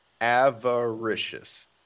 Avaricious